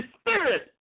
spirit